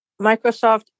Microsoft